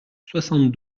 soixante